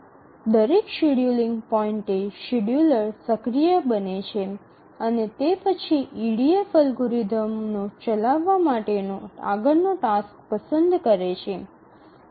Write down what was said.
દરેક શેડ્યૂલિંગ પોઇન્ટએ શેડ્યૂલર સક્રિય બને છે અને તે પછી ઇડીએફ અલ્ગોરિધમ ચલાવવા માટે આગળનો ટાસ્ક પસંદ કરે છે